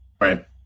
right